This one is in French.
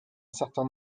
certain